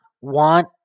want